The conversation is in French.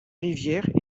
rivières